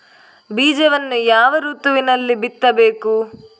ಬೀಜವನ್ನು ಯಾವ ಋತುವಿನಲ್ಲಿ ಬಿತ್ತಬೇಕು?